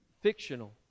fictional